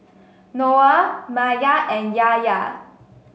Noah Maya and Yahya